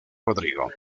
rodrigo